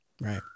Right